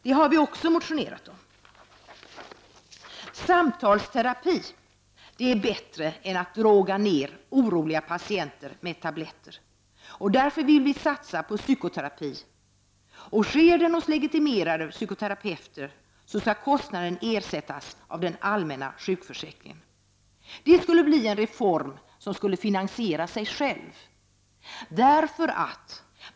Det har vi också motionerat om. Samtalsterapi är bättre än att droga ner oroliga patienter med tabletter. Därför vill vi satsa på psykoterapi. Sker den hos legitimerade psykoterapeuter, skall kostnaden ersättas av den allmänna sjukförsäkringen. Det skulle bli en reform som skulle finansiera sig själv.